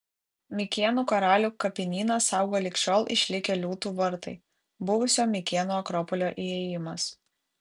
mikėnų karalių kapinyną saugo lig šiol išlikę liūtų vartai buvusio mikėnų akropolio įėjimas